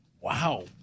Wow